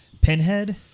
Pinhead